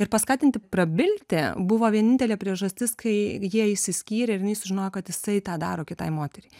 ir paskatinti prabilti buvo vienintelė priežastis kai jie išsiskyrė ir jinai sužinojo kad jisai tą daro kitai moteriai